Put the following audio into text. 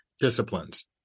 disciplines